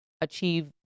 achieve